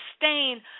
sustain